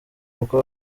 kuko